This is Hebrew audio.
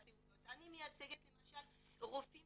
אני מייצגת למשל רופאים